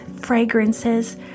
fragrances